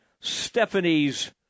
Stephanie's